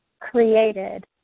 created